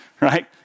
right